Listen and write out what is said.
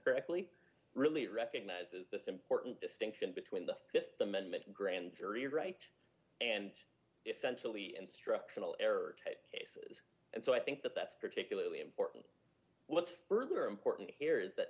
correctly really recognizes this important distinction between the th amendment grand jury right and essentially instructional error cases and so i think that that's particularly important what's further important here is that